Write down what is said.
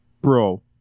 Bro